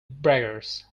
braggers